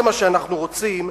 זה מה שאנחנו רוצים.